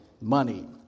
Money